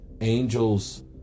Angels